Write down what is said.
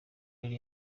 yari